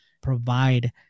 provide